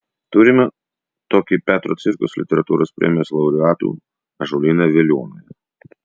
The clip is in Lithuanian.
turime tokį petro cvirkos literatūros premijos laureatų ąžuolyną veliuonoje